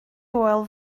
hywel